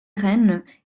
rennes